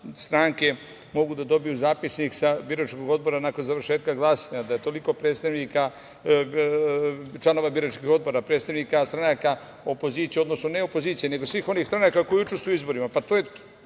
stranke mogu da dobiju Zapisnik biračkog odbora nakon završetka glasanja, da je toliko članova biračkih odbora, predstavnika stranaka opozicije, odnosno ne opozicije nego svih onih stranaka koje učestvuju na izborima, to je po